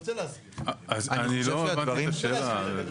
אני לא הבנתי את השאלה.